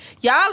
y'all